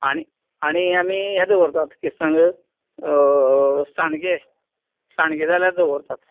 आनी आनी आमी यें दवरतात कित सांग सांडगे सांडगे जाय जाल्यार दवरतात